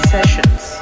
Sessions